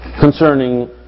concerning